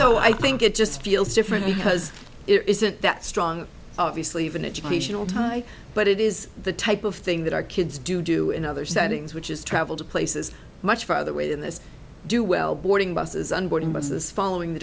know i think it just feels different because it isn't that strong obviously even educational time but it is the type of thing that our kids do do in other settings which is travel to places much further away than this do well boarding buses